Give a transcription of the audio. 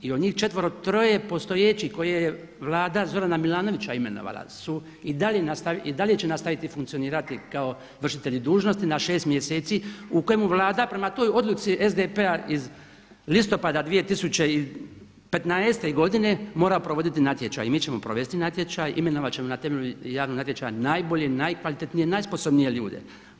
I o njih četvero troje postojećih koje je Vlada Zorana Milanovića imenovala su i dalje će nastaviti funkcionirati kao vršitelji dužnosti na 6 mjeseci u kojemu Vlada prema toj odluci SDP-a iz listopada 2015. godine mora provoditi natječaj i mi ćemo provesti natječaj, imenovati ćemo na temelju javnog natječaja najbolje, najkvalitetnije i najsposobnije ljude.